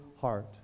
heart